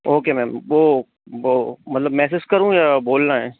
okay ma'am वो वो मतलब मैसेस करूँ या बोलना है